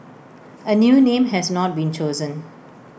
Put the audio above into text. A new name has not been chosen